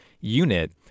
unit